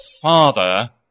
Father